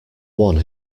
one